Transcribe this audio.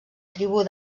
tribu